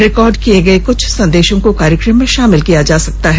record किए गए कुछ संदेशों को कार्यक्रम में शामिल किया जा सकता है